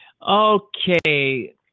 Okay